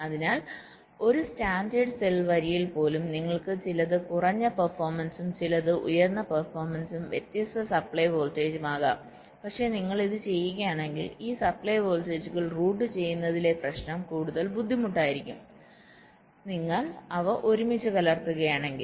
അതിനാൽ ഒരേ standard cell വരിയിൽ പോലും നിങ്ങൾക്ക് ചിലത് കുറഞ്ഞ പെർഫോമൻസും ചിലത് ഉയർന്ന പെർഫോമൻസും വ്യത്യസ്ത സപ്ലൈ വോൾട്ടേജും ആകാം പക്ഷേ നിങ്ങൾ ഇത് ചെയ്യുകയാണെങ്കിൽ ഈ സപ്ലൈ വോൾട്ടേജുകൾ റൂട്ട് ചെയ്യുന്നതിലെ പ്രശ്നം കൂടുതൽ ബുദ്ധിമുട്ടായിരിക്കും നിങ്ങൾ അവ ഒരുമിച്ച് കലർത്തുകയാണെങ്കിൽ